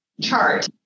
chart